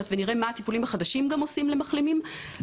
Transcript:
ונראה מה הטיפולים החדשים עושים למחלימים,